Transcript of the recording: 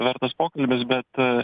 vertas pokalbis bet